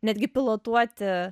netgi pilotuoti